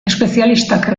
espezialistak